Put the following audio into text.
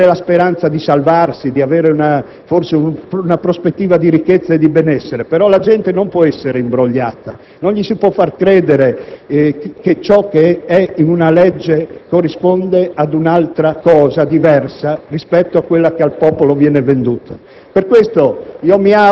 consente di avere la speranza di salvarsi, di avere forse una prospettiva di ricchezza e di benessere. Però la gente non può essere imbrogliata, non le si può far credere che ciò che è in una legge corrisponde ad una cosa diversa rispetto a quella che viene venduta